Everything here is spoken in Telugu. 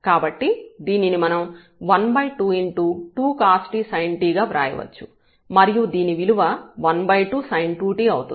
కాబట్టి దీనిని మనం 122cost sintగా వ్రాయవచ్చు మరియు దీని విలువ 12sin2t అవుతుంది